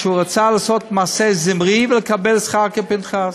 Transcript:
שהוא רצה לעשות מעשה זמרי ולקבל שכר כפנחס,